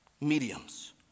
mediums